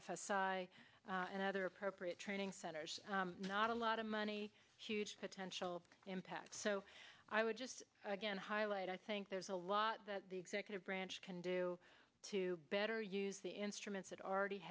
i and other appropriate training centers not a lot of money huge potential impact so i would just again highlight i think there's a lot that the executive branch can do to better use the instruments it already